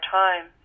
time